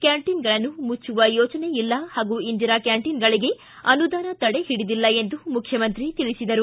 ಕ್ಕಾಂಟೀನ್ಗಳನ್ನು ಮುಚ್ಚುವ ಯೋಚನೆ ಇಲ್ಲ ಹಾಗೂ ಇಂದಿರಾ ಕ್ಕಾಂಟೀನ್ಗಳಗೆ ಅನುದಾನ ತಡೆ ಹಿಡಿದಿಲ್ಲ ಎಂದು ಮುಖ್ಣಮಂತ್ರಿ ತಿಳಿಸಿದರು